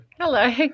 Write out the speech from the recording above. Hello